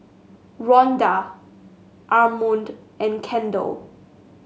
Ronda Armond and Kendell